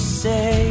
say